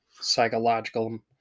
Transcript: Psychological